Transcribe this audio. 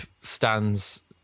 stands